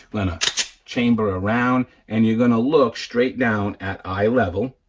we're gonna chamber a round, and you're gonna look straight down at eye level,